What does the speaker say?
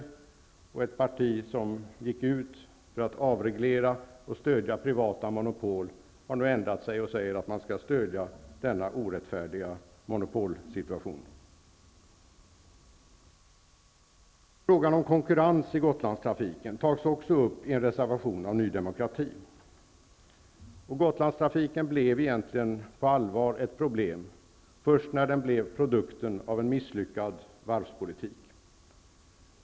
Det var ett parti som gick ut med att avreglera och avskaffa monopol, och nu har man ändrat sig och säger att man skall stödja denna orättfärdiga monopolsituation. Frågan om konkurrens i Gotlandstrafiken tas också upp i en reservation av Ny demokrati. Gotlandstrafiken blev egentligen på allvar ett problem först när den blev produkten av en misslyckad varvspolitik.